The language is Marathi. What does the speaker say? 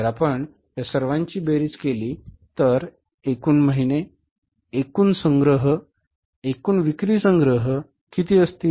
जर आपण या सर्वांची बेरीज केली तर एकूण महिने एकूण संग्रह एकूण विक्री संग्रह किती असतील